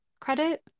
credit